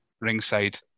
ringside